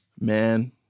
Man